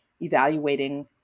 evaluating